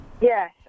Yes